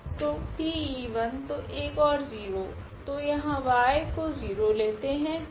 तो T तो 1 ओर 0 तो यहाँ y को 0 लेते है